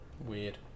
Weird